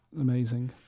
Amazing